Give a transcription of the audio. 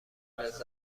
لذت